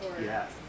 Yes